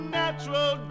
natural